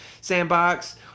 sandbox